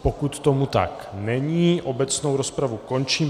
Pokud tomu tak není, obecnou rozpravu končím.